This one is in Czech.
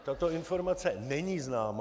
Tato informace není známá.